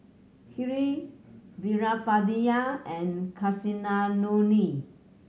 Hri Veerapandiya and Kasinadhuni